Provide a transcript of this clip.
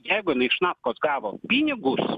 jeigu inai iš nafkos gavo pinigus